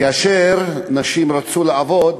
כאשר נשים רצו לעבוד